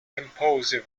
composer